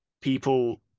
people